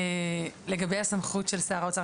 להתייחס לגבי הסמכות של שר האוצר.